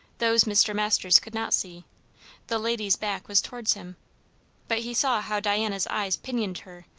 those mr. masters could not see the lady's back was towards him but he saw how diana's eyes pinioned her,